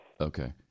Okay